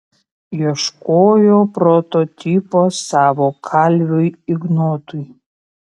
ieškojo prototipo savo kalviui ignotui